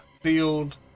field